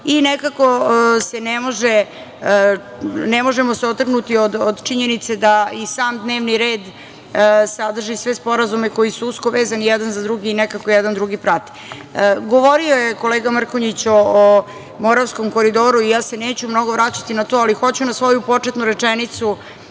bašte. Nekako se ne možemo otrgnuti od činjenice da i sam dnevni red sadrži sve sporazume koji su usko vezani jedan za drugi i nekako jedan drugi prate. Govorio je kolega Mrkonjić o Moravskom koridoru i ja se neću mnogo vraćati na to, ali hoću na svoju početnu rečenicu,